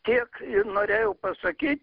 tiek ir norėjau pasakyt